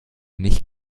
nicht